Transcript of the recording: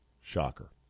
Shocker